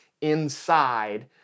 inside